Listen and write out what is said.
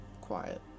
quiet